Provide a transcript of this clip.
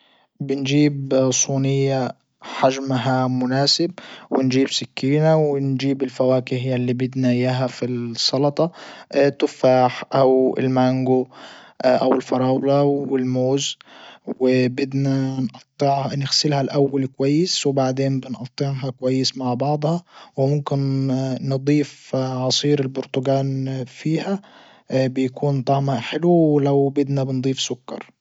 بنجيب صينية حجمها مناسب ونجيب سكينة ونجيب الفواكه يلي بدنا اياها في السلطة تفاح او المانجو او الفراولة والموز وبدنا نقطع نغسلها الاول كويس وبعدين بنقطعها كويس مع بعضها وممكن نضيف عصير البرتجان فيها بيكون طعمها حلو ولو بدنا بنضيف سكر.